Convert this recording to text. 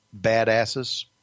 badasses